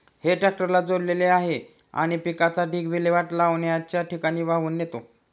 हे ट्रॅक्टरला जोडलेले आहे आणि पिकाचा ढीग विल्हेवाट लावण्याच्या ठिकाणी वाहून नेतो